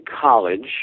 college